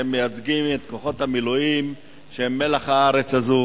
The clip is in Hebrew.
בקווי מאסף ובמושבים ובתחנות בדרך אי-אפשר,